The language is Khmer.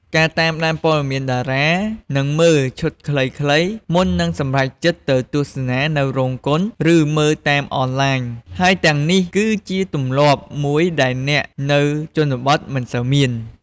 តាមដានព័ត៌មានតារា និងមើល ឈុតខ្លីៗ មុននឹងសម្រេចចិត្តទៅទស្សនានៅរោងកុន ឬមើលតាមអនឡាញ ហើយទាំងនេះគឺជាទម្លាប់មួយដែលអ្នកនៅជនបទមិនសូវមាន។